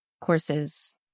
courses